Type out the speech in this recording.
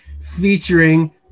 featuring